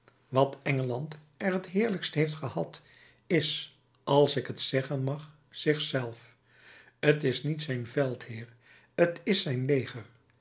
wat engeland er het heerlijkst heeft gehad is als ik t zeggen mag zich zelf t is niet zijn veldheer t is zijn leger